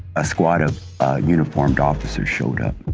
a squad of uniformed officers showed up.